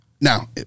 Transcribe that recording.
Now